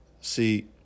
see